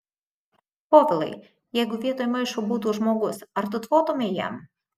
povilai jeigu vietoj maišo būtų žmogus ar tu tvotumei jam